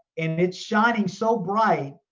and it's shining so bright.